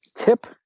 tip